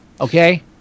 Okay